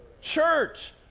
church